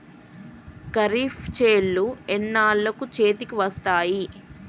ఖరీఫ్ చేలు ఎన్నాళ్ళకు చేతికి వస్తాయి?